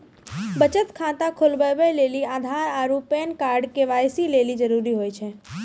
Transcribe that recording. बचत खाता खोलबाबै लेली आधार आरू पैन कार्ड के.वाइ.सी लेली जरूरी होय छै